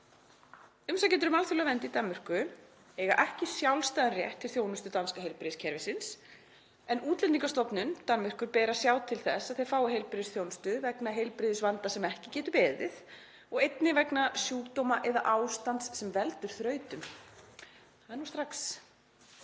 Umsækjendur um alþjóðlega vernd í Danmörku eiga ekki sjálfstæðan rétt til þjónustu danska heilbrigðiskerfisins en Útlendingastofnun Danmerkur ber að sjá til þess að þeir fái heilbrigðisþjónustu vegna heilbrigðisvanda sem ekki getur beðið og einnig vegna sjúkdóma eða ástands sem veldur þrautum — það er strax